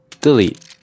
delete